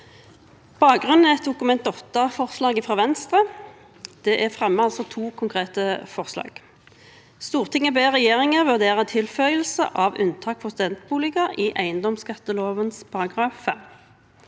saken er et Dokument 8-forslag fra Venstre. Det er fremmet som to konkrete forslag: «Stortinget ber regjeringen vurdere tilføyelse av et unntak for studentboliger i eigedomsskattelova § 5.»